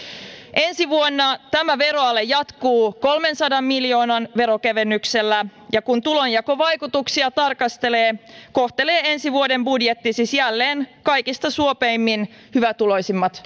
ensi vuonna tämä veroale jatkuu kolmensadan miljoonan verokevennyksillä ja kun tulonjakovaikutuksia tarkastelee kohtelee ensi vuoden budjetti siis jälleen kaikista suopeimmin hyvätuloisimpia